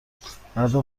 فردا